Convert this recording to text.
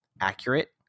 accurate